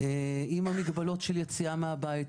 עם המגבלות של יציאה מהבית,